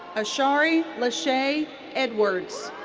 ashari leashay edwards.